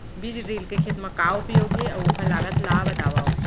बीज ड्रिल के खेत मा का उपयोग हे, अऊ ओखर लागत ला बतावव?